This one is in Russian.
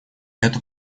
эту